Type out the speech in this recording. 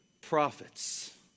prophets